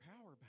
power